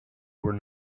were